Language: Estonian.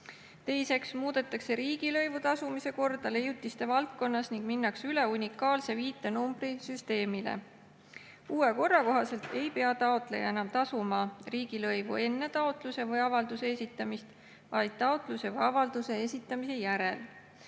Teiseks muudetakse riigilõivu tasumise korda leiutiste valdkonnas ning minnakse üle unikaalse viitenumbri süsteemile. Uue korra kohaselt ei pea taotleja enam tasuma riigilõivu enne taotluse või avalduse esitamist, vaid taotluse või avalduse esitamise järel.